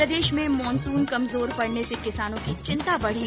प्रदेश में मानसून कमजोर पडने से किसानों की चिंता बढ़ी